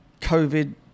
COVID